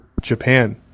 Japan